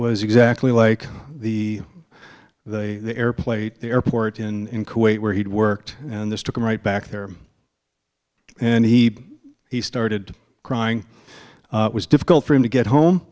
was exactly like the the airplane airport in kuwait where he'd worked and this took him right back there and he he started crying it was difficult for him to get